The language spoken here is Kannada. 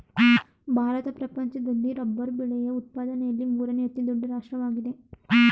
ಭಾರತ ಪ್ರಪಂಚದಲ್ಲಿ ರಬ್ಬರ್ ಬೆಳೆಯ ಉತ್ಪಾದನೆಯಲ್ಲಿ ಮೂರನೇ ಅತಿ ದೊಡ್ಡ ರಾಷ್ಟ್ರವಾಗಿದೆ